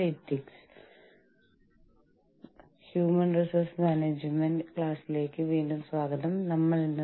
Briscoe Schuler Claus Briscoe Schuler and Claus എന്നിവരുടെ ഈ പുസ്തകത്തിൽ നിന്ന് നമ്മൾക്ക് ചിലത് ഉണ്ട്